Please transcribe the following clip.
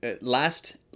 Last